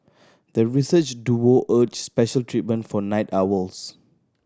the research duo urged special treatment for night owls